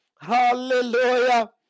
Hallelujah